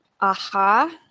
aha